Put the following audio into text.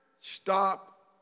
stop